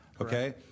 Okay